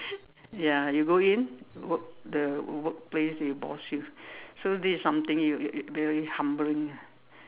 ya you go in work the work place they boss you so this is something you you very humbling